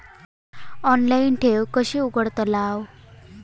Online ठेव कशी उघडतलाव?